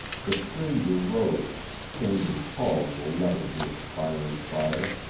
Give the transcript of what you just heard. the stranger rose, standing tall in the light of the expiring fire,